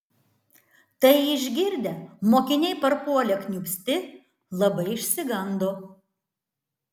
tai išgirdę mokiniai parpuolė kniūpsti labai išsigando